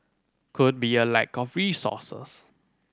could be a lack of resources